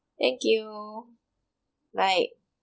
thank you bye